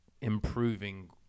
improving